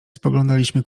spoglądaliśmy